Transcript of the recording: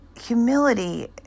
humility